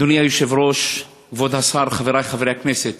אדוני היושב-ראש, כבוד השר, חברי חברי הכנסת,